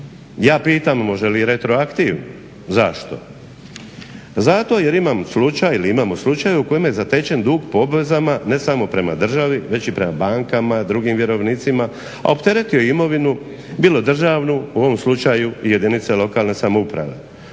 Ja pitam može li retroaktivno? Zašto? Zato jer imam slučaj ili imamo slučaj u kojemu je zatečen dug po obvezama ne samo prema državi već i prema bankama, drugim vjerovnicima, a opteretio je imovinu bilo državnu, u ovom slučaju i jedinice lokalne samouprave.